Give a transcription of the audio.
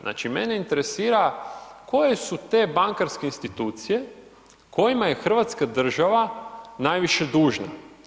Znači mene interesira, koje su te bankarske institucije, kojima je Hrvatska država najviše dužna?